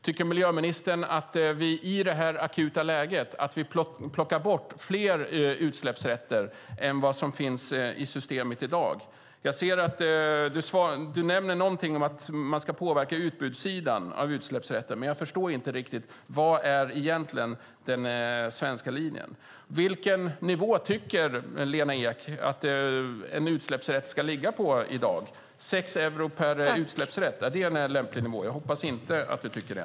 Tycker miljöministern att vi i det här akuta läget ska plocka bort flera utsläppsrätter än vad som finns i systemet i dag? Miljöministern nämner någonting om att man ska påverka utbudssidan när det gäller utsläppsrätter, men jag förstår inte riktigt vilken den svenska linjen egentligen är. Vilken nivå tycker Lena Ek att en utsläppsrätt ska ligga på i dag? 6 euro per utsläppsrätt, är det en lämplig nivå? Jag hoppas att du inte tycker det.